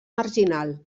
marginal